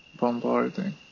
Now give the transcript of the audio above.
bombarding